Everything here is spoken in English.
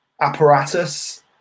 apparatus